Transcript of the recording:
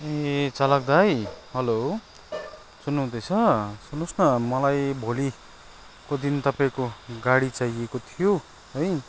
ए चालक दाइ हेलो सुन्नुहुँदैछ सुन्नुहोस् न मलाई भोलिको दिन तपाईँको गाडी चाहिएको थियो है